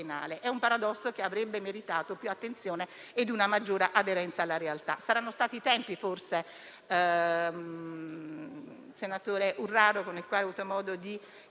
È un paradosso, che avrebbe meritato più attenzione ed una maggiore aderenza alla realtà. Mi rivolgo al senatore Urraro, con il quale ho avuto modo di